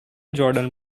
jordan